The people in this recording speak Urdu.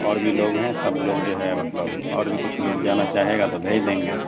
اور بھی لوگ ہیں سب لوگ جو ہے مطلب اور بھی کچھ لوگ جانا چاہے گا تو بھیج دیں گے